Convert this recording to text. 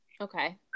okay